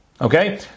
okay